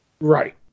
Right